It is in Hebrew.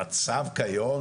המצב כיום,